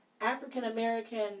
African-American